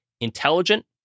intelligent